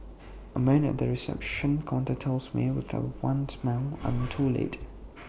A man at the reception counter tells me with A wan smile I am too late